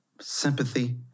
sympathy